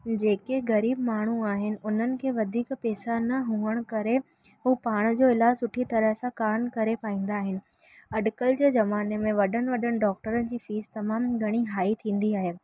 जेके ग़रीब माण्हू आहिनि उन्हनि खे वधीक पैसा न हुअण करे हू पाण जो इलाज़ु सुठी तरह सां कान करे पाईंदा आहिनि अॼुकल्ह जे ज़माने में वॾनि वॾनि डॉक्टरनि जी फिस तमामु घणी हाई थींदी आहे